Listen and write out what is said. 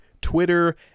Twitter